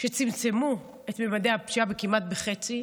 שצמצמו את ממדי הפשיעה כמעט בחצי,